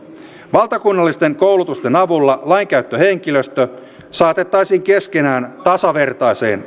valtakunnallisten koulutusten avulla lainkäyttöhenkilöstö saatettaisiin keskenään tasavertaiseen